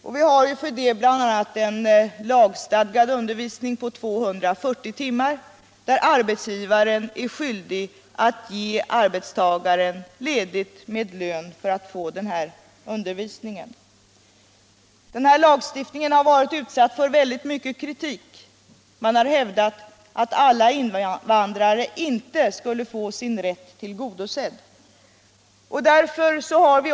Vi har för det ändamålet bl.a. en lagstadgad undervisning på 240 timmar, och arbetsgivaren är skyldig att ge arbetstagaren ledigt med lön när denne skall genomgå sådan undervisning. Denna lagstiftning har varit utsatt för mycken kritik. Man har hävdat att alla invandrare inte skulle få sin rätt tillgodosedd i detta avseende.